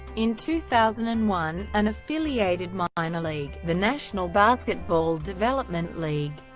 in two thousand and one, an affiliated minor league, the national basketball development league,